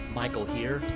michael here.